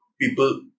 people